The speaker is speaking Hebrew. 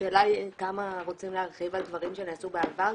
השאלה היא כמה רוצים להרחיב על דברים שנעשו בעבר,